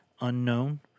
unknown